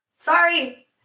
Sorry